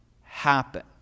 happen